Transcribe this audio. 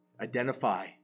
identify